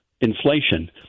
inflation